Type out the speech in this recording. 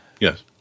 Yes